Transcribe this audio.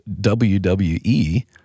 WWE